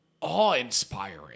awe-inspiring